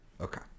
Okay